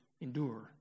endure